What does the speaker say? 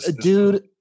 dude